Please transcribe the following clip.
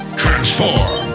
transform